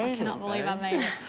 i mean cannot believe i made it.